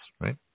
right